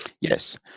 Yes